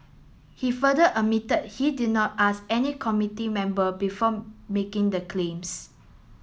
he further admitted he did not ask any committee member before making the claims